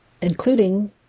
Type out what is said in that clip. including